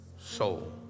soul